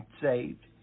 saved